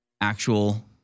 actual